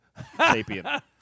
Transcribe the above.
Sapien